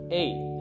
eight